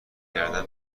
گردن